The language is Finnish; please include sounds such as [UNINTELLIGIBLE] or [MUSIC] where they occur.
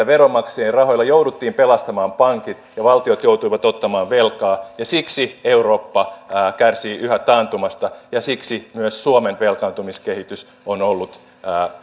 [UNINTELLIGIBLE] veronmaksajien rahoilla jouduttiin pelastamaan pankit ja valtiot joutuivat ottamaan velkaa ja siksi eurooppa kärsii yhä taantumasta ja siksi myös suomen velkaantumiskehitys on ollut